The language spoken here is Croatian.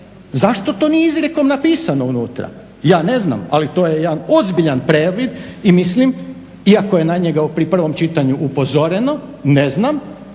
zašto to nije izrijekom napisano unutra. Ja ne znam ali to je jedan ozbiljan previd i mislim, iako je na njega pri prvom čitanju upozoreno, ne znam